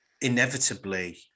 inevitably